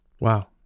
Wow